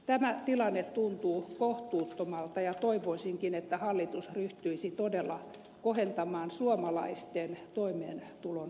tämä tilanne tuntuu kohtuuttomalta ja toivoisinkin että hallitus ryhtyisi todella kohentamaan suomalaisten toimeentulon edellytyksiä